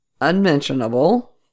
unmentionable